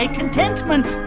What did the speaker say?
contentment